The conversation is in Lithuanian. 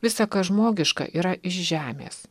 visa kas žmogiška yra iš žemės